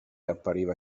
appariva